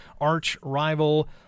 arch-rival